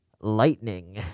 lightning